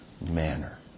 manner